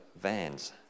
vans